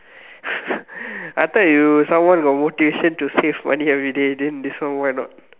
I thought you someone got motivation to save money everyday then this one why not